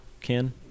Ken